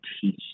teach